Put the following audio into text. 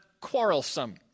quarrelsome